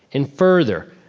and further,